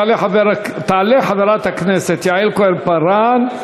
תעלה חברת הכנסת יעל כהן-פארן,